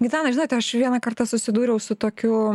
gitana žinote aš vieną kartą susidūriau su tokiu